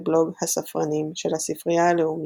בבלוג "הספרנים" של הספרייה הלאומית,